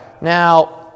Now